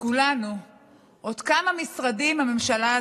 כנסת נכבדה,